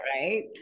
right